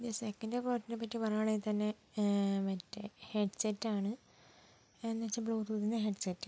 എൻ്റെ സെക്കൻ്റ് പ്രൊഡക്റ്റിനെ പറ്റി പറയുകയാണെങ്കിൽ തന്നെ മറ്റെ ഹെഡ് സെറ്റാണ് എൻ എച്ച് ബ്ലൂ ടൂത്തിൻ്റെ ഹെഡ് സെറ്റ്